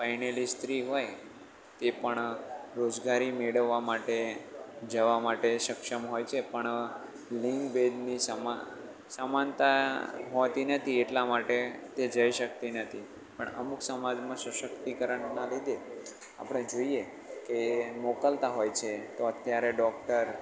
પરણેલી સ્ત્રી હોય તે પણ રોજગારી મેળવવા માટે જવા માટે સક્ષમ હોય છે પણ લિંગભેદની સમાન સમાનતા હોતી નથી એટલા માટે તે જઈ શક્તિ નથી પણ અમુક સમાજમાં સશક્તિકરણના લીધે આપણે જોઈએ કે મોકલતા હોય છે તો અત્યારે ડોક્ટર